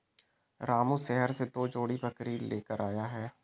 रामू शहर से दो जोड़ी बकरी लेकर आया है